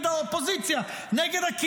נגד האופוזיציה,